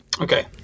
Okay